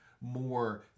more